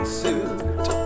suit